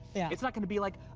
it's not gonna be like,